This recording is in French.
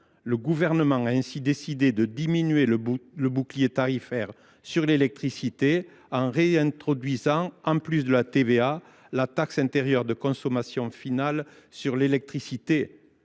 Le Gouvernement a ainsi décidé de diminuer le bouclier tarifaire sur l’électricité en réintroduisant, en plus de la TVA, la taxe intérieure sur la consommation finale d’électricité